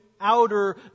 outer